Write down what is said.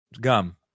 Gum